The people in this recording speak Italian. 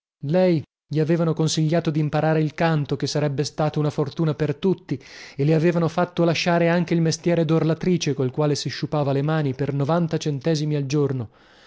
lei gli avevano consigliato dimparare il canto che sarebbe stata una fortuna per tutti e le avevano fatto lasciare anche il mestiere dorlatrice col quale si sciupava le mani per novanta centesimi al giorno